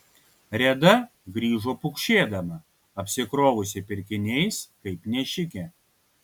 reda grįžo pukšėdama apsikrovusi pirkiniais kaip nešikė